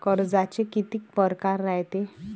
कर्जाचे कितीक परकार रायते?